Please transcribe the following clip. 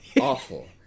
awful